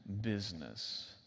business